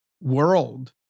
world